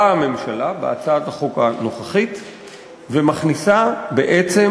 באה הממשלה בהצעת החוק הנוכחית ומכניסה בעצם